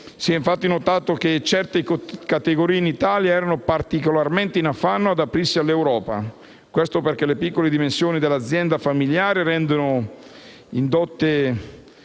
Si è, infatti, notato che certe categorie in Italia erano particolarmente in affanno ad aprirsi all'Europa. Ciò è avvenuto perché le piccole dimensioni dell'azienda familiare la rendono inadatta